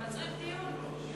זה מצריך דיון.